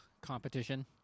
competition